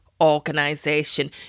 Organization